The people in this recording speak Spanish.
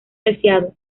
deseado